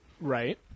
Right